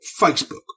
facebook